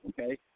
okay